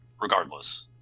regardless